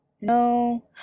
No